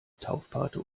taufpate